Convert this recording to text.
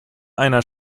einer